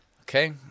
Okay